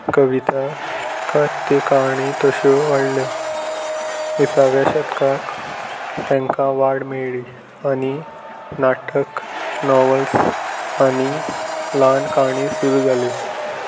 कविता तथ्य कहानी तश्यो वाडल्यो विसाव्या शतकाक तांकां वाड मेळ्ळी आनी नाटक नॉवल्स आनी ल्हान काळणी सुरू जाल्यो